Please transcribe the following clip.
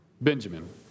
Benjamin